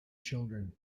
children